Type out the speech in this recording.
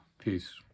Peace